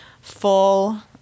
full